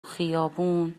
خیابون